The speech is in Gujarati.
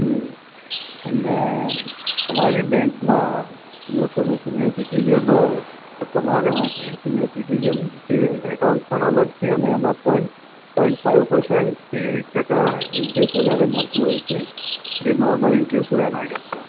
હં તમને અમારી બેંકમાં જો તમે સિનિયર સિટીઝન હો તો તમારે માટે સિનિયર સિટીઝન સેવિંગ્સ એકાઉન્ટ પણ અલગ છે અને એમાં પણ પોઈન્ટ ફાઈવ પર્સન્ટ કે એક ટકા ઇન્ટરેસ્ટ વધારે મળતું હોય છે જે નોર્મલ ઇન્ટરેસ્ટ હોય એના કરતાં